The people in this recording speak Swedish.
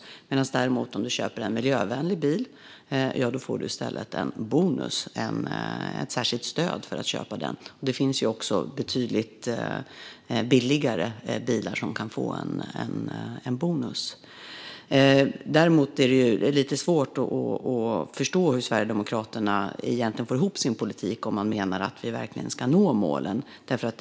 Om du däremot köper en miljövänlig bil får du i stället en bonus, ett särskilt stöd för att köpa den. Det finns också betydligt billigare bilar som kan få en bonus. Däremot är det lite svårt att förstå hur Sverigedemokraterna egentligen får ihop sin politik om man menar att vi verkligen ska nå målen.